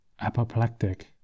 apoplectic